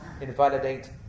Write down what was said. invalidate